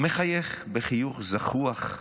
ומחייך בחיוך זחוח,